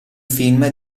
film